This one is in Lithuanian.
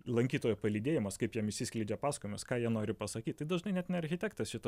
lankytojo palydėjimas kaip jam išsiskleidžia pasakojimas ką jie nori pasakyt tai dažnai net ne architektas šita